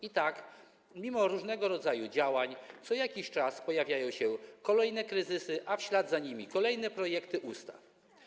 I tak, mimo różnego rodzaju działań, co jakiś czas pojawiają się kolejne kryzysy, a w ślad za nimi - kolejne projekty ustaw.